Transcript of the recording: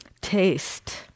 Taste